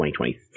2023